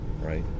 right